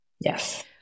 Yes